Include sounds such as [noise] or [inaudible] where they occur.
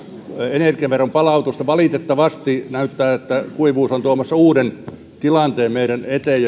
energiaveron palautusta valitettavasti näyttää että kuivuus on tuomassa uuden tilanteen meidän eteemme [unintelligible]